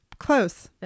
close